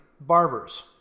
barbers